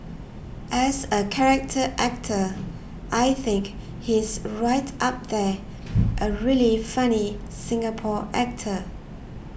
as a character actor I think he's right up there a really funny Singapore actor